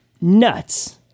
nuts